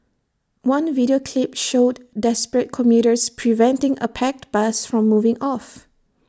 one video clip showed desperate commuters preventing A packed bus from moving off